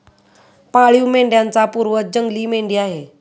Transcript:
पाळीव मेंढ्यांचा पूर्वज जंगली मेंढी आहे